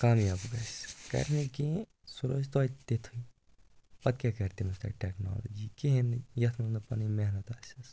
کامیاب گژھِ کَرِ نہٕ کِہیٖنٛۍ سُہ روزِ توتہِ تِتھُے پَتہٕ کیٛاہ کَرِ تٔمِس تتہِ ٹٮ۪کنالجی کِہیٖنٛۍ نہٕ یَتھ منٛز نہٕ پَنٕنۍ محنت آسٮ۪س